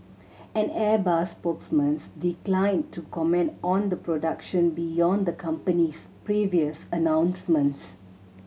an Airbus spokesman's declined to comment on the production beyond the company's previous announcements